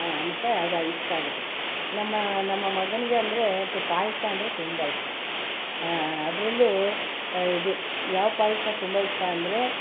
ಮತ್ತು ಅದು ಇಷ್ಟ ಆಗುತ್ತೆ ನಮ್ಮ ನಮ್ಮ ಮಗನಿಗೆ ಅಂದರೆ ತು ಪಾಯಸ ಅಂದರೆ ತುಂಬ ಇಷ್ಟ ಅದ್ರಲ್ಲೂ ಇದು ಯಾವ ಪಾಯಸ ತುಂಬ ಇಷ್ಟ ಅಂದರೆ